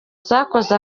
zakoze